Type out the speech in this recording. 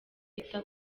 bita